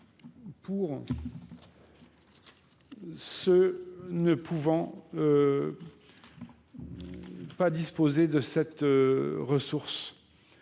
pour ce ne pouvant ne pas disposer de cette ressource